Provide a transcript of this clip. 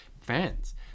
fans